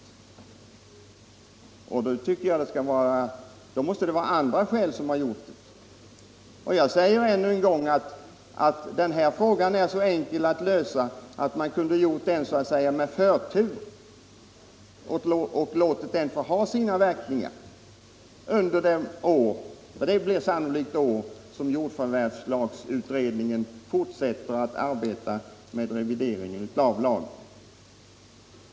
Det måste vara andra skäl till att man inte velat överlämna motionen till utredningen. Jag säger ännu en gång att denna fråga är så enkel att lösa att man kunde ha gjort det med förtur och låtit beslutet ha sina verkningar under de år — för det blir sannolikt flera år — som jordförvärvslagutredningen fortsätter att arbeta med revideringen av lagen.